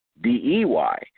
D-E-Y